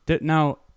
Now